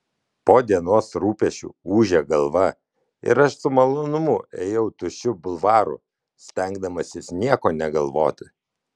po dienos rūpesčių ūžė galva ir aš su malonumu ėjau tuščiu bulvaru stengdamasis nieko negalvoti